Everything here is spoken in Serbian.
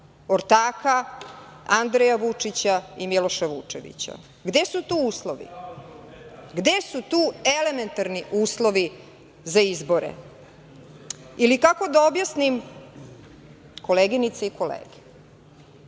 ortaka Andreja Vučića i Miloša Vučevića? Gde su tu uslovi? Gde su tu elementarni uslovi za izbore? Ili, kako da objasnim, koleginice i kolege,